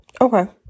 okay